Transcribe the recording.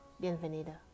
Bienvenida